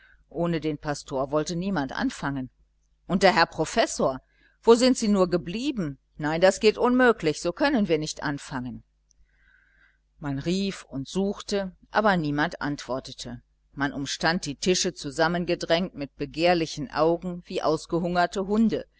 ohne den pastor wollte niemand anfangen und der herr professor wo sind sie nur geblieben nein das geht unmöglich so können wir nicht anfangen man rief und suchte aber niemand antwortete man umstand die tische zusammengedrängt mit begehrlichen augen wie ausgehungerte hunde